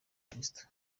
kirisitu